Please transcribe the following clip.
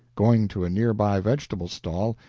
going to a near-by vegetable stall,